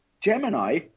Gemini